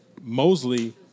Mosley